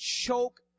choke